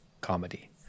comedy